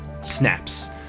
snaps